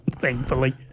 thankfully